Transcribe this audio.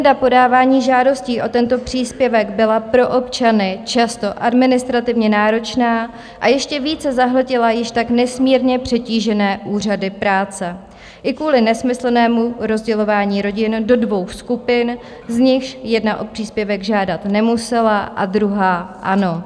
Agenda podávání žádostí o tento příspěvek byla pro občany často administrativně náročná a ještě více zahltila již tak nesmírně přetížené úřady práce i kvůli nesmyslnému rozdělování rodin do dvou skupin, z nichž jedna o příspěvek žádat nemusela a druhá ano.